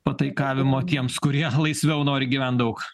pataikavimo tiems kurie laisviau nori gyvent daug